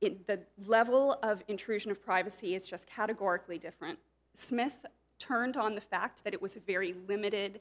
it that level of intrusion of privacy is just categorically different smith turned on the fact that it was a very limited